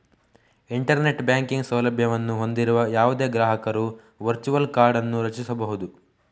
internet banking ಸೌಲಭ್ಯವನ್ನು ಹೊಂದಿರುವ ಯಾವುದೇ ಗ್ರಾಹಕರು ವರ್ಚುವಲ್ ಕಾರ್ಡ್ ಅನ್ನು ರಚಿಸಬಹುದು